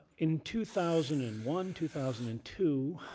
in two thousand and one, two thousand and two,